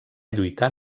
lluitar